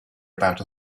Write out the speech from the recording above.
about